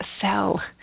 cell